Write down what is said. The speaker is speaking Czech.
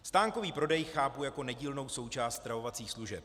Stánkový prodej chápu jako nedílnou součást stravovacích služeb.